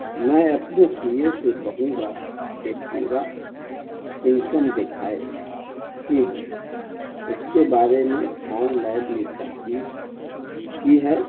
میں اپنے C A سے کہوں گا کہ پورا انکم دکھائے جی ہاں اس کے بارے میں آنلائن بھی تحقیق کی ہے